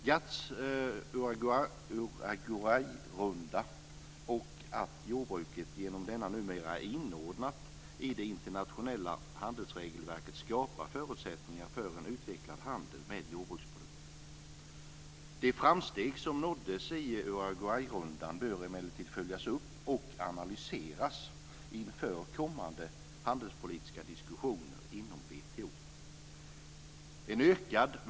GATT:s Uruguayrunda och att jordbruket genom denna numera är inordnat i det internationella handelsregelverket skapar förutsättningar för en utvecklad handel med jordbruksprodukter. De framsteg som nåddes i Uruguayrundan bör emellertid följas upp och analyseras inför kommande handelspolitiska diskussioner inom WTO.